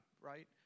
right